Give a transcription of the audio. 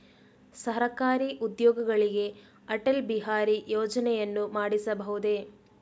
ಸರಕಾರಿ ಉದ್ಯೋಗಿಗಳಿಗೆ ಅಟಲ್ ಬಿಹಾರಿ ಯೋಜನೆಯನ್ನು ಮಾಡಿಸಬಹುದೇ?